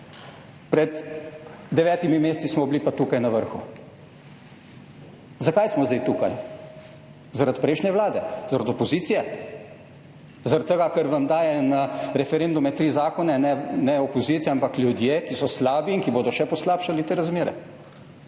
Pred devetimi meseci smo bili pa tukaj na vrhu. Zakaj smo zdaj tukaj? Zaradi prejšnje vlade, zaradi opozicije? Zaradi tega ker vam daje na referendume tri zakone, ne opozicija, ampak ljudje, ki so slabi in ki bodo še poslabšali te razmere?